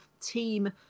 team